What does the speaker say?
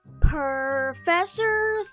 Professor